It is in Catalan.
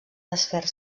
desfer